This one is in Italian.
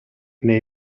nei